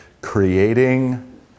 creating